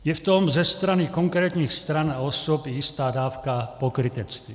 Je v tom ze strany konkrétních stran a osob jistá dávka pokrytectví.